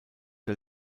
der